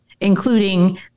including